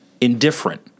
indifferent